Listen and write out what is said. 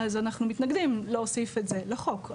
אז אנחנו מתנגדים להוסיף את זה לחוק,